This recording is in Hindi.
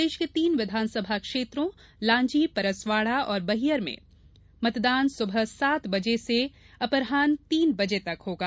प्रदेश के तीन विघानसमा क्षेत्रों लांजी परसवाडा और बैहर में मतदान सुबह सात बजे से अपराह तीन बजे तक होगा